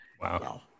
Wow